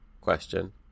question